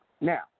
Now